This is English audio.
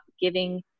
giving